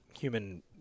human